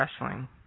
Wrestling